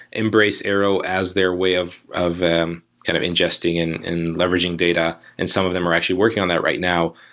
embrace arrow as their way of of kind of ingesting and and leveraging data and some of them are actually working on that right now.